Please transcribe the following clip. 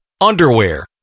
Underwear